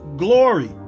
glory